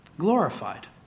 glorified